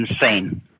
insane